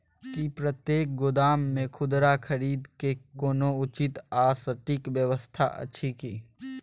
की प्रतेक गोदाम मे खुदरा खरीद के कोनो उचित आ सटिक व्यवस्था अछि की?